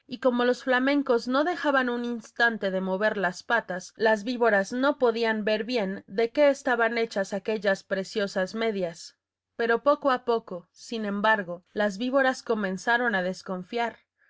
y como los flamencos no dejaban un instante de mover las patas las víboras no podían ver bien de qué estaban hechas aquellas preciosas medias pero poco a poco sin embargo las víboras comenzaron a desconfiar